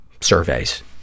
surveys